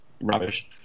rubbish